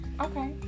Okay